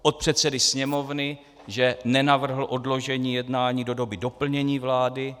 Od předsedy Sněmovny, že nenavrhl odložení jednání do doby doplnění vlády.